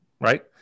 right